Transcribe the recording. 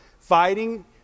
fighting